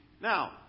Now